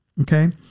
okay